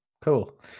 cool